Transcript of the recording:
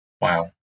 Wow